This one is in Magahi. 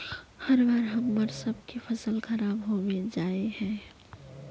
हर बार हम्मर सबके फसल खराब होबे जाए है?